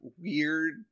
weird